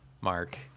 Mark